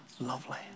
lovely